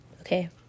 Okay